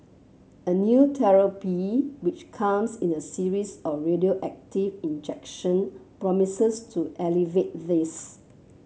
a new therapy which comes in a series of radioactive injection promises to alleviate this